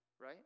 right